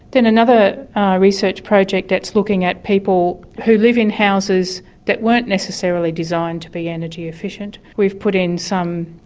then another research project that's looking at people people who live in houses that weren't necessarily designed to be energy efficient, we've put in some,